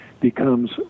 becomes